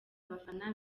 abafana